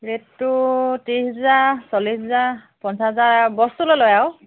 ৰেটটো ত্ৰিছ হেজাৰ চল্লিছ হেজাৰ পঞ্চাছ হেজাৰ বস্তু লৈ লৈ আৰু